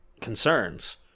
concerns